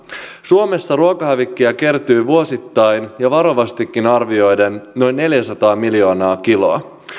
suomessa ruokahävikkiä kertyy vuosittain jo varovastikin arvioiden noin neljäsataa miljoonaa kiloa